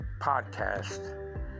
podcast